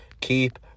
Keep